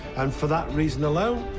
and for that reason alone,